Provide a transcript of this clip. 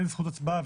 אין זכות הצבעה,